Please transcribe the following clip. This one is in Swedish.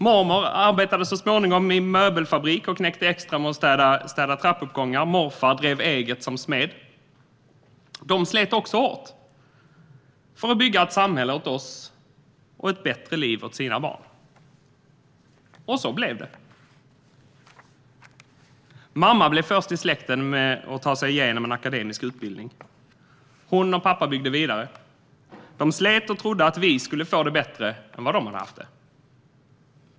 Mormor arbetade i en möbelfabrik och knäckte extra med att städa trappuppgångar, och morfar drev eget som smed. De slet också hårt för att bygga ett samhälle åt oss och ett bättre liv åt sina barn, och så blev det. Mamma blev först i släkten att ta sig igenom en akademisk utbildning. Hon och pappa byggde vidare. De slet och trodde att vi skulle få det bättre än vad de hade haft det.